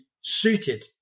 suited